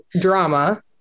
drama